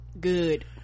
good